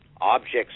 objects